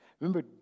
Remember